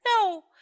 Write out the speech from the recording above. No